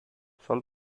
sol